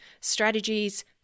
strategies